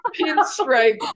pinstripe